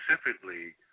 specifically